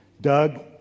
Doug